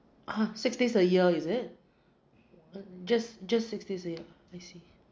ah six days a year is it um just just six days a year I see